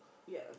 ya